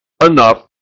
enough